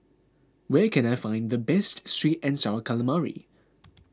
where can I find the best Sweet and Sour Calamari